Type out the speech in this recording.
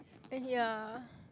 ya